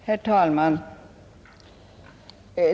Herr talman!